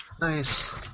Nice